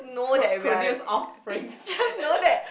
pr~ produce offspring